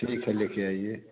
ठीक है लेकर आईए